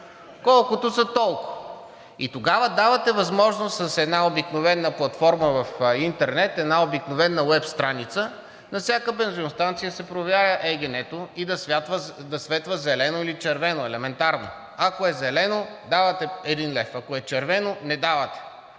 колкото са, толкова. И тогава давате възможност с една обикновена платформа в интернет, една обикновена уеб страница на всяка бензиностанция да се проверява ЕГН-то и да светва зелено или червено. Елементарно, ако е зелено, давате един лев, ако е червено, не давате.